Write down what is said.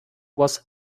was